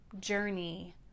journey